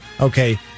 Okay